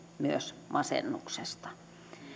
myös masennuksesta